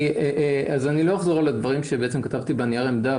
לא אחזור על הדברים שכתבתי בנייר העמדה,